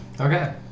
Okay